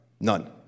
None